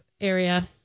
area